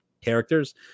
characters